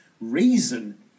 reason